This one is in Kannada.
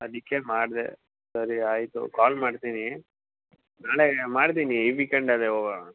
ಅದಕ್ಕೆ ಮಾಡ್ದೆ ಸರಿ ಆಯ್ತು ಕಾಲ್ ಮಾಡ್ತೀನಿ ನಾಳೆ ಮಾಡ್ತೀನಿ ಈ ವೀಕೆಂಡಲ್ಲೇ ಹೋಗೋಣ